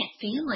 family